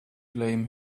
blame